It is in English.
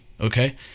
Okay